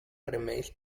remeis